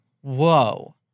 Whoa